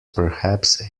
perhaps